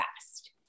fast